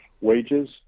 wages